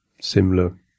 similar